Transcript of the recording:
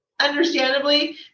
understandably